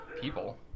people